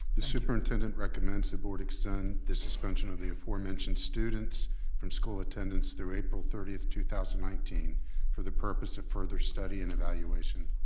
the superintendent recommends the board extend the suspension of the aforementioned students from school attendance through april thirtieth two thousand and nineteen for the purpose of further study and evaluation.